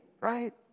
right